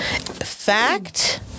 fact